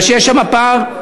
כי יש שם פער,